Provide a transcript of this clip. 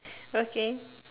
okay